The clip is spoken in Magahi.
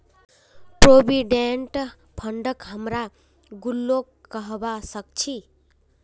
प्रोविडेंट फंडक हमरा गुल्लको कहबा सखछी